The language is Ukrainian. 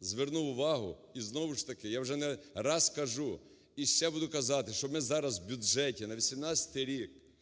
звернув увагу і знову ж таки, я вже не раз кажу і ще буду казати, що ми зараз в бюджеті на 2018 рік